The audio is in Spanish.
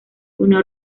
una